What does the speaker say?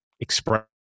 express